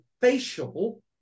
facial